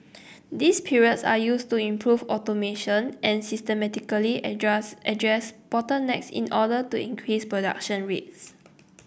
these periods are used to improve automation and systematically address address bottlenecks in order to increase production rates